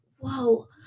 whoa